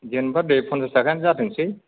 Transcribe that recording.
जेनेबा दे पन्सास थाखायानो जाथोंसै